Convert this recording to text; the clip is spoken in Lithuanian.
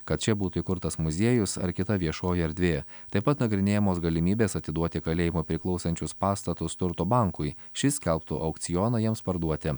kad čia būtų įkurtas muziejus ar kita viešoji erdvė taip pat nagrinėjamos galimybės atiduoti kalėjimui priklausančius pastatus turto bankui šis skelbtų aukcioną jiems parduoti